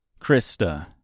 Krista